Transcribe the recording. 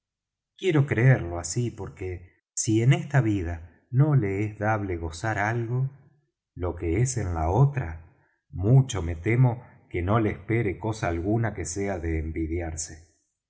quiero creerlo así porque si en esta vida no le es dable gozar algo lo que es en la otra mucho me temo que no le espere cosa alguna que sea de envidiarse